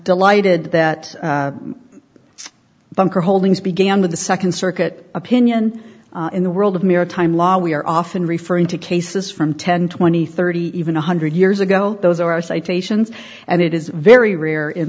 delighted that bunker holdings began with the second circuit opinion in the world of maritime law we are often referring to cases from ten twenty thirty even one hundred years ago those are citations and it is very rare in